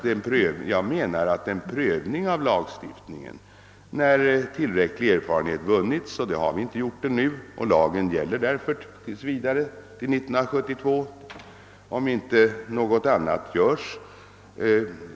Den nuvarande lagen gäller som sagt till 1972, om inget annat göres.